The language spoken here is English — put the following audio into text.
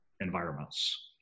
environments